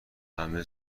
همه